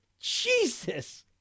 Jesus